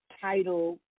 title